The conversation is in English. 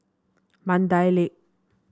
Mandai Lake